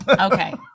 Okay